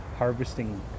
harvesting